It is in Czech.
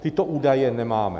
Tyto údaje nemáme.